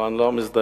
אבל אני לא מזדהה